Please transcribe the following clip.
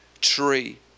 tree